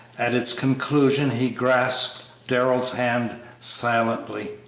at its conclusion he grasped darrell's hand silently.